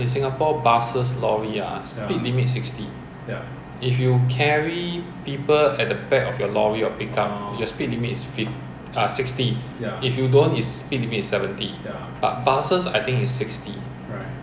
then 你就会 suay 所以你的 limit 七十 and along the same logic ah okay lah this is a bit sarcastic lah what I just said but on the non sarcastic and objective perspective is